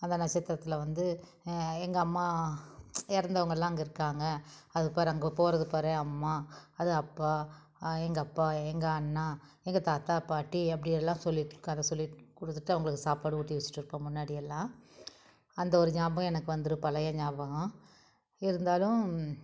அந்த நட்சத்திரத்தில் வந்து எங்கள் அம்மா இறந்தவங்கெள்லாம் அங்கே இருக்காங்க அது பார் அங்கே போகிறத பார் அம்மா அது அப்பா எங்கப்பா எங்கள் அண்ணா எங்கள் தாத்தா பாட்டி அப்படியெல்லாம் சொல்லிட்டு கதை சொல்லி கொடுத்துட்டு அவங்களுக்கு சாப்பாடு ஊட்டி வச்சிட்டு இருப்போம் முன்னாடியெல்லாம் அந்த ஒரு ஞாபகம் எனக்கு வந்துடும் பழைய ஞாபகம் இருந்தாலும்